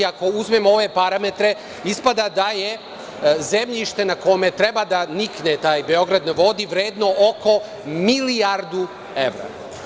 Ako uzmemo ove parametre, ispada da je zemljište na kome treba da nikne taj „Beograd na vodi“ vredno oko milijardu evra.